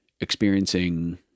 experiencing